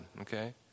Okay